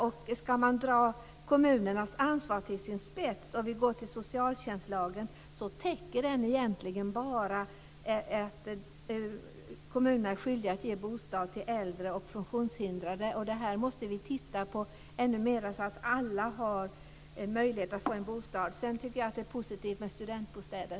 Sedan är frågan om man ska dra kommunernas ansvar till sin spets. Om vi går till socialtjänstlagen så täcker den egentligen bara att kommunerna är skyldiga att ge bostad till äldre och funktionshindrade. Det måste vi titta på ännu mer så att alla har en möjlighet att få en bostad. Sedan tycker jag att det är positivt med studentbostäder.